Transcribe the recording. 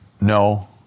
no